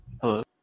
Hello